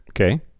Okay